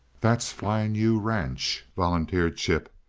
that's flying u ranch, volunteered chip,